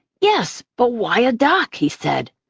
yes, but why a duck? he said.